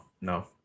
no